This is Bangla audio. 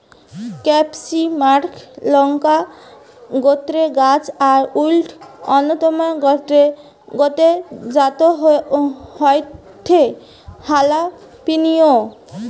ক্যাপসিমাক লংকা গোত্রের গাছ আর অউর অন্যতম গটে জাত হয়ঠে হালাপিনিও